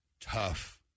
tough